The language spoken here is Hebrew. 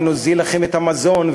ונוזיל לכם את המזון,